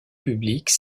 publique